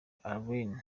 alain